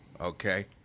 okay